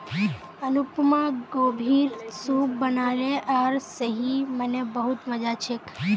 अनुपमा गोभीर सूप बनाले आर सही म न बहुत मजा छेक